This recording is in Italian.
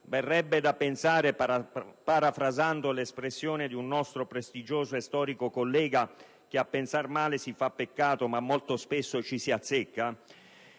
verrebbe da pensare, parafrasando l'espressione di un nostro prestigioso e storico collega, che a pensare male si fa peccato ma molto spesso ci si azzecca.